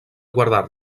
guardar